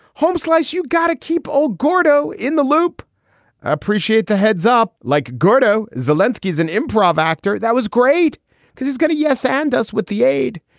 holmes slice. you gotta keep. ah gordo in the loop i appreciate the heads up like gordo. zelinsky is an improv actor. that was great because he's going to. yes. and us with the aid.